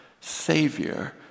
Savior